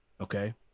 okay